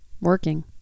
Working